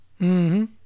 -hmm